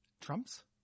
Trump's